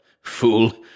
Fool